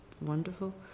wonderful